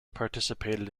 participated